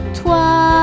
toi